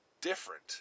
different